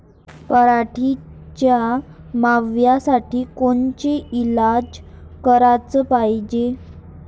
पराटीवरच्या माव्यासाठी कोनचे इलाज कराच पायजे?